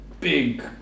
big